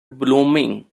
blooming